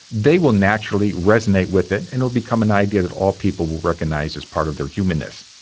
they will naturally resonate with it and will become an idea that all people will recognise as part of their humanness.